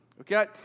Okay